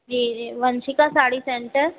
जी जी वंशिका साड़ी सेंटर